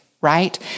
right